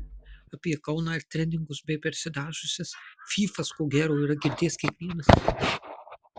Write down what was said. apie kauną ir treningus bei persidažiusias fyfas ko gero yra girdėjęs kiekvienas